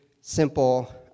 simple